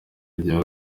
rya